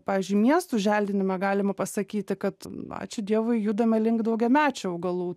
pavyzdžiui miestų želdinime galima pasakyti kad ačiū dievui judame link daugiamečių augalų